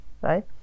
right